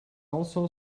also